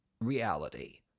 reality